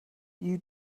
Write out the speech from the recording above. you